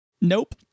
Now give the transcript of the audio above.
Nope